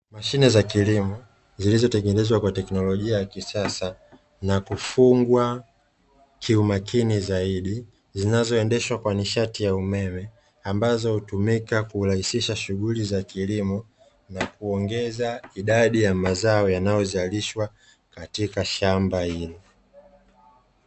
Mashine za kilimo zilizotengenezwa kwa technolojia ya kisasa na kufungwa kiumakini zaidi, zinazoendeshwa kwa nishati ya umeme, ambazo hutumika kurahisisha shughuli za kilimo na kuongeza idadi ya mazao yanayozalishwa katika shamba hili.